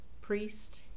priest